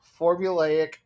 formulaic